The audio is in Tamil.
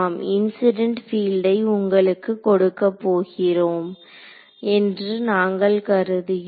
இன்சிடென்ட் பீல்டை உங்களுக்கு கொடுக்கப் போகிறோம் என்று நாங்கள் கருதுகிறோம்